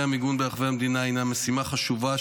המיגון ברחבי המדינה הינו משימה חשובה,